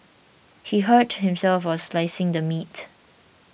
he hurt himself while slicing the meat